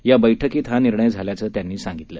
या बक्रित हा निर्णय झाल्याचं त्यांनी सांगितलं